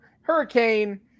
hurricane